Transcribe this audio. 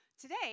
today